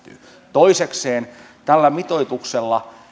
toisekseen tällä mitoituksella